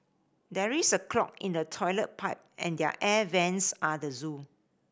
there is a clog in the toilet pipe and there air vents are the zoo